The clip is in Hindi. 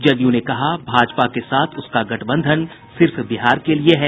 जदयू ने कहा भाजपा के साथ उसका गठबंधन सिर्फ बिहार के लिये है